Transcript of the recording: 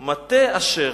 מטה-אשר.